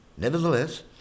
Nevertheless